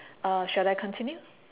uh shall I continue